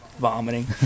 vomiting